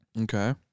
Okay